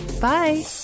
Bye